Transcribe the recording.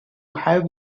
have